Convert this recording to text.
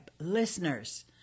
listeners